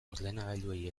ordenagailuei